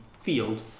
field